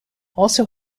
also